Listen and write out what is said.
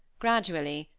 gradually,